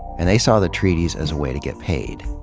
and they saw the treaties as a way to get paid.